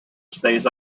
stays